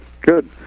Good